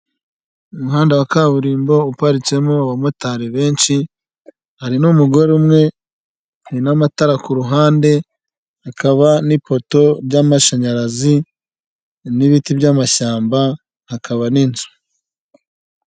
Umuhanda wa kaburimbo uparitsemo abamotari benshi, hari n'umugore umwe, hari n'amatara ku ruhande, hakaba n'ipoto ry'amashanyarazi, n'ibiti by'amashyamba, hakaba n'inzu.